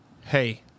hey